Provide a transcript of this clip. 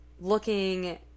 looking